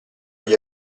gli